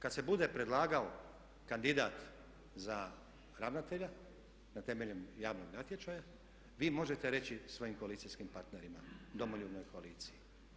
Kad se bude predlagao kandidat za ravnatelja na temelju javnog natječaja vi možete reći svojim koalicijskim partnerima Domoljubnoj koaliciji.